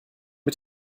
mit